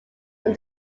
from